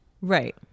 Right